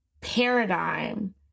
paradigm